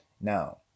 Now